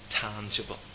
tangible